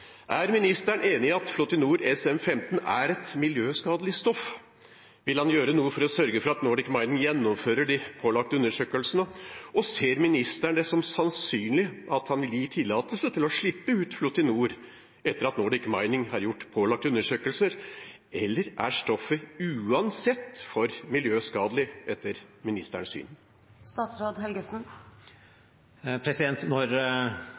Er ministeren enig i at Flotinor SM15 er et miljøskadelig stoff? Vil han gjøre noe for å sørge for at Nordic Mining gjennomfører de pålagte undersøkelsene? Ser ministeren det som sannsynlig at han vil gi tillatelse til å slippe ut Flotinor etter at Nordic Mining har gjort pålagte undersøkelser, eller er stoffet uansett for miljøskadelig, etter ministerens